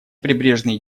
прибрежные